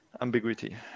ambiguity